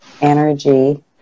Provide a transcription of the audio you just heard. energy